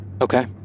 okay